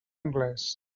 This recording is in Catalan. anglès